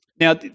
Now